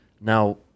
Now